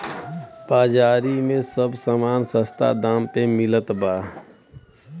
बाजारी में सब समान सस्ता दाम पे मिलत बा